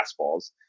fastballs